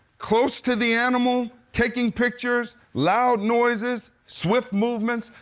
close to the animal, taking pictures, loud noises, swift movements,